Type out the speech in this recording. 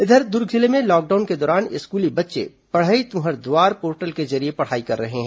इधर दुर्ग जिले में लॉकडाउन के दौरान स्कूली बच्चे पढ़ई तुंहर दुआर पोर्टल के जरिये पढ़ाई कर रहे हैं